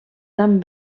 tan